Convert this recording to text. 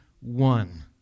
one